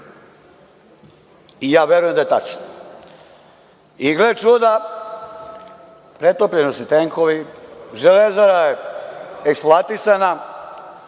i ja verujem da je tačno. Gle čuda, pretopljeni su tenkovi, „Železara“ je eksploatisana